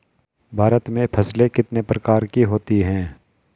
भारत में फसलें कितने प्रकार की होती हैं?